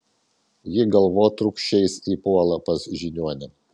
ji galvotrūkčiais įpuola pas žiniuonę